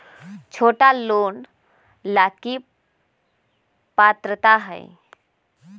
छोटा लोन ला की पात्रता है?